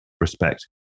respect